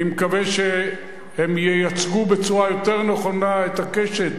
אני מקווה שהם ייצגו בצורה יותר נכונה את הקשת